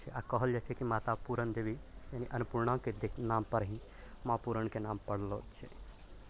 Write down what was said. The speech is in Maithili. ठीक छै कहल जाइ छै कि माता पुरनदेबी यानि अन्नपूर्णाके नामपर ही माँ पुरनके नाम पड़लो छै